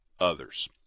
others